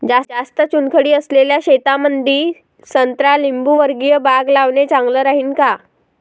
जास्त चुनखडी असलेल्या शेतामंदी संत्रा लिंबूवर्गीय बाग लावणे चांगलं राहिन का?